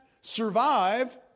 survive